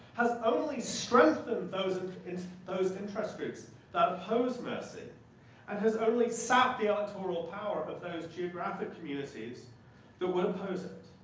has only strengthened those and those interest groups that opposed mercy and has only sat the electoral power of those geographic communities that won't oppose it.